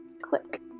click